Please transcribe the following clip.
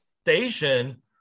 station